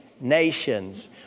Nations